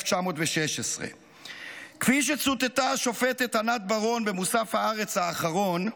1916. כפי שצוטטה השופטת ענת ברון במוסף הארץ האחרון,